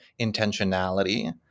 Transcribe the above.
intentionality